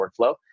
workflow